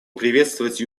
приветствовать